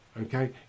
okay